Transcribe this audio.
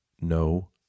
No